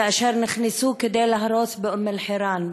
כאשר נכנסו כדי להרוס באום-אלחיראן.